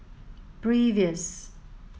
previous